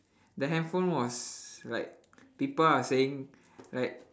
the handphone was like people are saying like